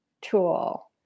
tool